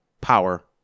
power